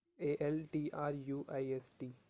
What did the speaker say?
a-l-t-r-u-i-s-t